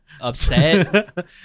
Upset